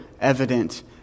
evident